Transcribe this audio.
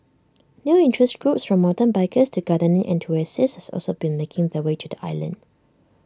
new interest groups from mountain bikers to gardening enthusiasts also been making their way to the island